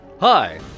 Hi